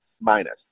minus